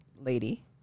lady